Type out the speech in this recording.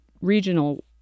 regional